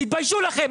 תתביישו לכם.